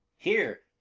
here,